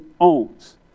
owns